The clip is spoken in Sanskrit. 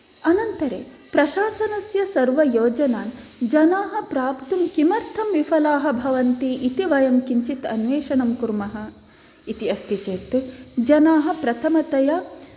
अनन्तरं प्रशासनस्य सर्वयोजनान् जनाः प्राप्तुं किमर्थं विफलाः भवन्ति इति वयं किञ्चित् अन्वेषणं कुर्मः इति अस्ति चेत् जनाः प्रथमतया